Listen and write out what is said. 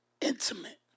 intimate